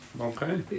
Okay